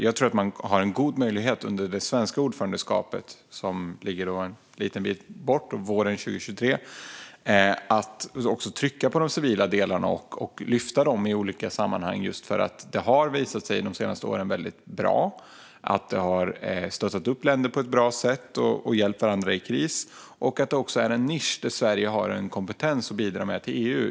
Jag tror att vi har en god möjlighet under det svenska ordförandeskapet våren 2023 att lyfta fram de civila delarna i olika sammanhang. Det har ju visat sig vara bra och stöttat upp och hjälpt länder i kris de senaste åren. Det är också en nisch där Sverige har en kompetens att bidra med till EU.